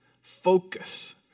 focus